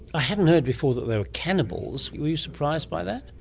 i hadn't heard before that they were cannibals. were you surprised by that?